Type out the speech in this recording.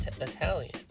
Italian